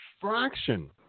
fraction